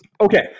Okay